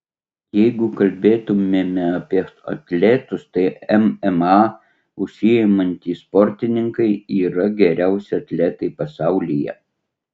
jeigu kalbėtumėme apie atletus tai mma užsiimantys sportininkai yra geriausi atletai pasaulyje